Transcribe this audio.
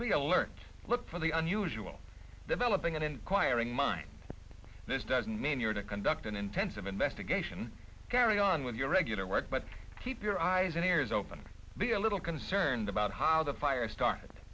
the alert look for the unusual developing and inquiring minds this doesn't mean you're to conduct an intensive investigation carry on with your regular work but keep your eyes and ears open be a little concerned about how the fire start